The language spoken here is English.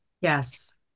Yes